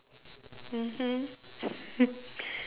mmhmm